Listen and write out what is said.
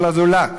של הזולת.